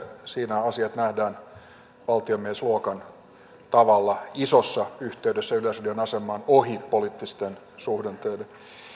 siinä asiat nähdään valtiomiesluokan tavalla isossa yhteydessä yleisradion asemaan ohi poliittisten suhdanteiden